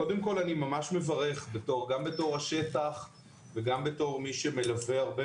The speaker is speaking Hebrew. קודם כל אני ממש מברך גם בתור השטח וגם בתור מי שמלווה הרבה